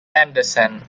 andersen